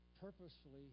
purposefully